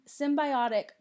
Symbiotic